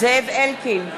זאב אלקין,